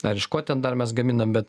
ar iš ko ten dar mes gaminam bet